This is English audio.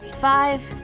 five,